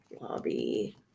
Lobby